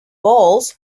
balls